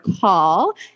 call